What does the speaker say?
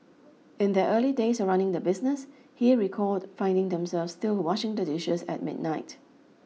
in their early days of running the business he recalled finding themselves still washing the dishes at midnight